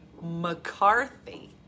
McCarthy